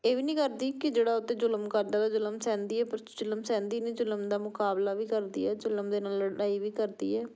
ਇਹ ਵੀ ਨਹੀਂ ਕਰਦੀ ਕਿ ਜਿਹੜਾ ਉਸ 'ਤੇ ਜ਼ੁਲਮ ਕਰਦਾ ਗਾ ਜ਼ੁਲਮ ਸਹਿੰਦੀ ਹੈ ਪਰ ਜ਼ੁਲਮ ਸਹਿੰਦੀ ਨਹੀਂ ਜ਼ੁਲਮ ਦਾ ਮੁਕਾਬਲਾ ਵੀ ਕਰਦੀ ਹੈ ਉਹ ਜ਼ੁਲਮ ਦੇ ਨਾਲ ਲੜਾਈ ਵੀ ਕਰਦੀ ਹੈ